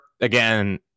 again